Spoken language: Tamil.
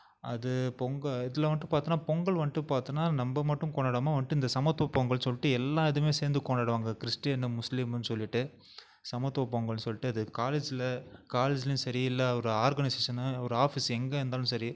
அது பொங்கல் இதில் வந்துட்டு பார்த்தோன்னா பொங்கல் வந்துட்டு பார்த்தோன்னா நம்ம மட்டும் கொண்டாடாமல் வந்துட்டு இந்த சமத்துவ பொங்கல் சொல்லிட்டு எல்லாம் இதுவுமே சேர்ந்து கொண்டாடுவாங்க கிறிஸ்டினு முஸ்லீமுன்னு சொல்லிவிட்டு சமத்துவ பொங்கல்னு சொல்லிட்டு அது காலேஜில் காலேஜ்லேயும் சரி இல்லை ஒரு ஆர்கனைசேஸனு ஒரு ஆஃபீஸ் எங்கே இருந்தாலும் சரி